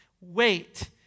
Wait